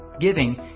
Giving